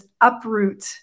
uproot